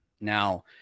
now